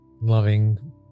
loving